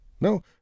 No